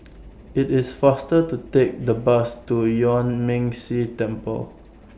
IT IS faster to Take The Bus to Yuan Ming Si Temple